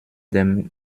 dem